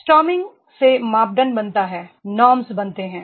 स्टॉ र्मिंग से मानदंड बनता है नॉर्म्स बनते हैं